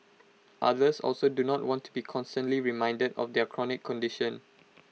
others also do not want to be constantly reminded of their chronic condition